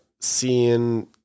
seeing